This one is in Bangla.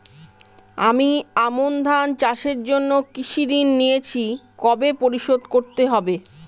আমি আমন ধান চাষের জন্য কৃষি ঋণ নিয়েছি কবে পরিশোধ করতে হবে?